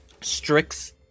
Strix